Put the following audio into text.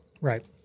Right